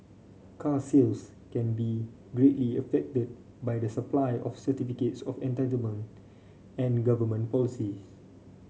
car sales can be greatly affected by the supply of certificates of entitlement and government policies